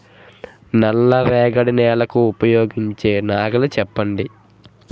నల్ల రేగడి నెలకు ఉపయోగించే నాగలి చెప్పండి?